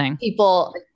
people